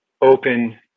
open